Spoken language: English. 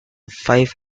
five